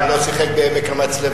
לא שיחק בעמק-המצלבה,